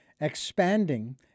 expanding